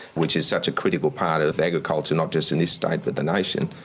which is such a critical part of agriculture, not just in this state but the nation,